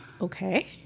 Okay